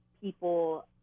people